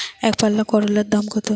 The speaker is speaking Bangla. একপাল্লা করলার দাম কত?